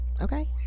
okay